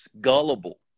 gullible